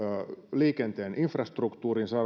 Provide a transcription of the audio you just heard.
liikenteen infrastruktuurin